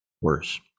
worse